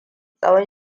tsawon